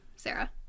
Sarah